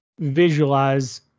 visualize